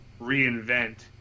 reinvent